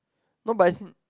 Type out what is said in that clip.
no but as in